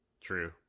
True